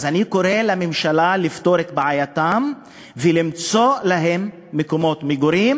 אז אני קורא לממשלה לפתור את בעייתם ולמצוא להם מקומות מגורים,